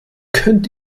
könnt